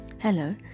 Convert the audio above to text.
Hello